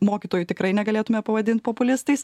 mokytojų tikrai negalėtume pavadint populistais